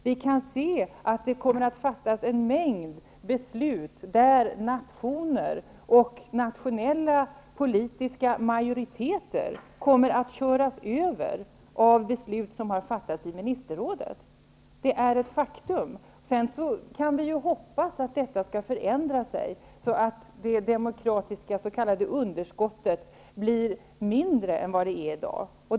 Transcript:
Vi kan se att en mängd beslut kommer att fattas och att nationer och nationella politiska majoriteter kommer att köras över av beslut som har fattats i ministerrådet. Detta är ett faktum. Vi kan naturligtvis hoppas att detta förhållande skall förändras, så att det demokratiska s.k. underskottet blir mindre än i dag.